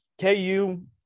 KU